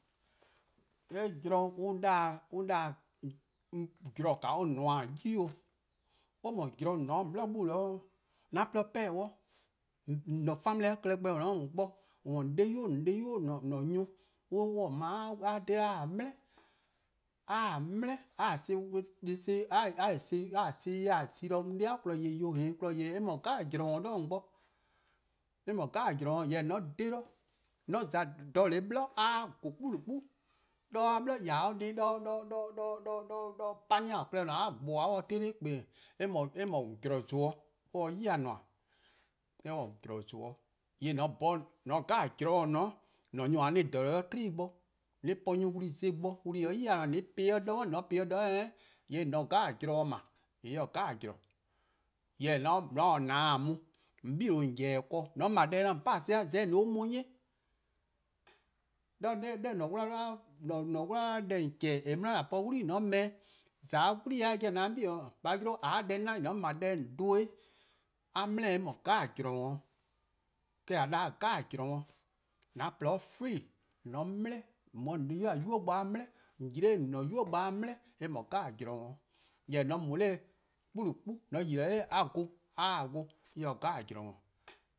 :Yee' zorn on 'da-' zorn :daa or nmor-' 'yi 'o or no zorn on :ne-a 'de :on 'bli 'gbu an :porluh-a dih. 'An family klehkpeh :on :ne-a 'o bo :on no-a an 'de-di boi' :on :ne-a 'o :on bo :mor a :dhe-dih a taa dele' a taa dele' a taa son-a' dih zi-dih 'on 'dei' kpon :yeh :daa dhi 'o een kpon :yeh :daa dih :yee' eh :mor zorn 'jeh :nor 'o. eh mor zorn 'jeh :nor 'o. Jorwor: :mor 'on 'dhe-dih :on :za jeh-a 'blo a vorn 'kpunnu 'kpun 'de a 'bli yard deh+ pani-a' :or ne-a 'o a gboba dih-or dih :kpeen: :yee' or :mor zorn :zon 'o or se 'yi-dih :nmor. :yee' zorn :zon 'o. :yee' :mor :an 'bhorn :on 'ye zorn 'jeh nor-a' :ne-' :yee' mor-: nyor+-: a 'bor jeh-a 'do 'kpa :gwie: 'i, an po-' nyor+ wlu+ zon+ bo, wlu+ :en se-a 'yi-dih :nmor a po-ih nor 'zorn :mor :on po-ih nor 'zorn 'suh, :yee' zorn 'jeh nor 'ble, :yee' eh :se zorn 'jeh :nor. Jorwor :mor taa :na 'da mu, :on 'bei' :on :yeh-dih ken :mor :on 'ble deh ;de :on pa-dih za 'o :on 'ye-eh on 'nyi. :an-a 'wla-a deh :on chehn-a :eh :korn-a 'di :an po-a 'wlii :mor :on 'ble-eh, :za 'o 'wlii-a jeh :on 'da 'on 'bei' a 'yle :a 'ye deh 'na, :mor :on 'ble deh :yee :on dhen-eh, :yee' a dele', eh :mor zorn 'jeh :nor 'o. :eh-: :a 'da-dih zorn 'jeh nor. :mor an :porluh free, :on dele:, :on mu 'da an-a' 'de-di-a 'nynuu' bo a 'dele:, yi 'noror' :an-a'a: 'nynuu' bo a dele: :yee' zorn 'jeh 'o. Jorwor: :mor :on yi-dih: 'noror' 'kpun-nu 'kpun, :on mu 'noror' a vorn, a taa vorn, :yee' eh :se zorn 'jeh :nor.